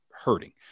hurting